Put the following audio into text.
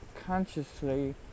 consciously